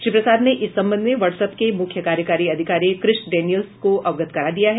श्री प्रसाद ने इस संबंध में वाट्स अप के मुख्य कार्यकारी अधिकारी क्रिश डेनियल्स को अवगत करा दिया है